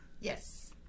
Yes